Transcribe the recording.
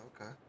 okay